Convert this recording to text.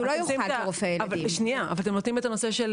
אתם נותנים את הנושא של